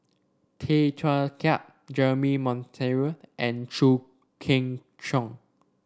Tay Teow Kiat Jeremy Monteiro and Chew Kheng Chuan